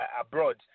abroad